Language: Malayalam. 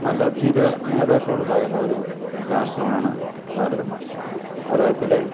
നല്ല ധീര നേതാക്കളുണ്ടായിരുന്ന ഒരു രാഷ്ട്രമാണ് ഭാരതം ഭാരതത്തിൽ